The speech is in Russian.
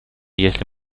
если